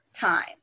time